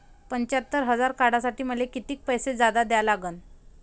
पंच्यात्तर हजार काढासाठी मले कितीक पैसे जादा द्या लागन?